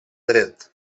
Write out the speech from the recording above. dret